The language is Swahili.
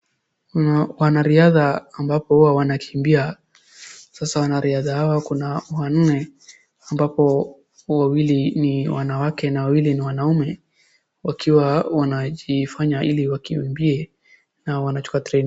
Wanariadha ambapo huwa wanakimbia. Sasa wanariadha hawa kuna wanne ambapo wawili ni wanawake na wawili ni wanaume wakiwa wanajifanya ili wakimbie na wanachukua training .